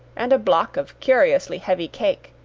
and a block of curiously heavy cake,